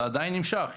ועדיין נמשך.